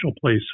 place